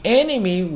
enemy